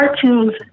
Cartoons